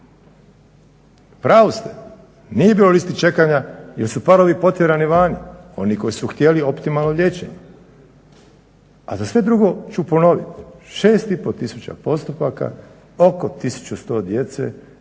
pravu ste nije bilo listi čekanja jer su parovi potjerani van, oni koji su htjeli optimalno liječenje. A za sve drugo ću ponoviti 6,5 tisuća postupaka, oko 1100 djece